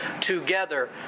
together